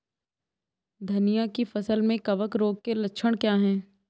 धनिया की फसल में कवक रोग के लक्षण क्या है?